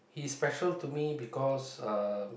he's special to me because uh